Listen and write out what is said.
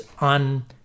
on